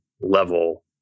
level